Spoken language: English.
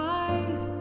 eyes